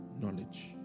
knowledge